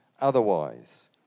otherwise